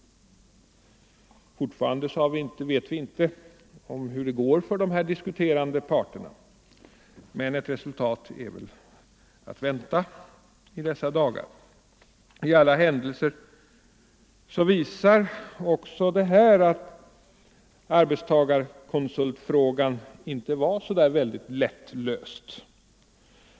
Fortfarande vet vi inte hur det går för de diskuterande parterna. Men ett resultat är väl att vänta i dessa dagar. I alla händelser visar också det här att arbetstagarkonsultfrågan inte var så där väldigt lättlöst.